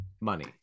money